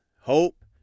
hope